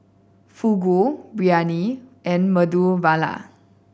Fugu Biryani and Medu Vada